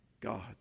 God